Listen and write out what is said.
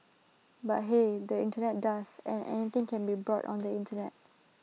but the Internet does and anything can be bought on the Internet